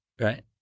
Right